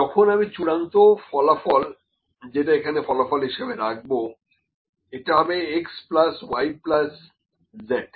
যখন আমি চূড়ান্ত ফলাফল যেটা এখানে ফলাফল হিসেবে রাখব এটা হবে x plus y plus z